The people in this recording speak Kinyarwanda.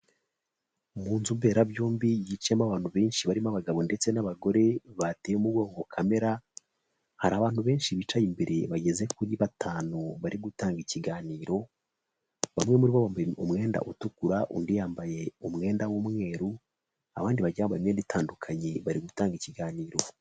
Mu nzu mberabyombi yicayemo abantu benshi barimo abagabo ndetse n'abagore bateye umugongo camera hari abantu benshi bicaye imbere bageze kuri batanu bari gutanga ikiganiro bamwe muri bo bambaye umwenda utukura undi yambaye umwenda w'umweru abandi bagiye bambara imyenda itandukanye bari gutanga ikiganiro.